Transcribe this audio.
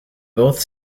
both